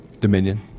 Dominion